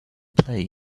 play